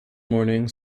morning